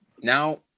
now